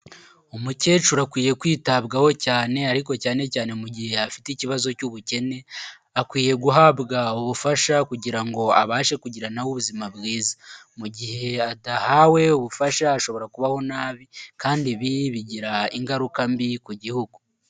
Umukecuru akwiye kwitabwaho cyane ariko cyane cyane mu gihe afite ikibazo cy'ubukene, akwiye guhabwa ubufasha kugira ngo abashe kugira nawe ubuzima bwiza, mu gihe atahawe ubufasha ashobora kubaho nabi kandi ibi bigira ingaruka mbi ku gihugu.